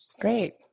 Great